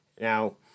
Now